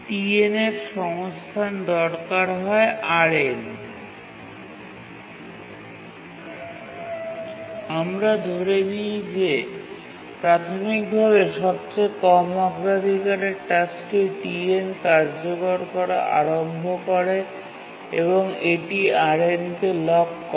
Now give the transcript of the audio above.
Tn এর সংস্থান দরকার হয় Rn আমরা ধরে নিই যে প্রাথমিকভাবে সবচেয়ে কম অগ্রাধিকারের টাস্কটি Tn কার্যকর করা আরম্ভ করে এবং এটি Rn কে লক করে